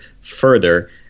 further